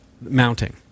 mounting